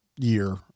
Year